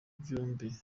byombi